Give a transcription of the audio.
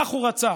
כך הוא רצה.